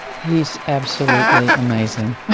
he's absolutely amazing,